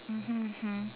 mmhmm mmhmm